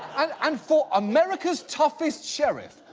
and and for america's toughest sheriff,